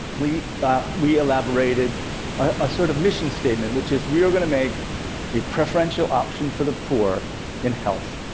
we we elaborated a sort of mission statement, which is we are going to make a preferential option for the poor in health.